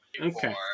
Okay